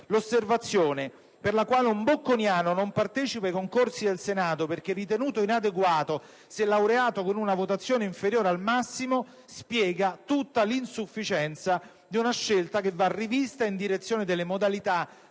L'osservazione per la quale un «bocconiano» non partecipa ai concorsi del Senato perché ritenuto inadeguato se laureato con una votazione inferiore al massimo, spiega tutta l'insufficienza di una scelta che va rivista in direzione delle modalità